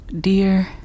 dear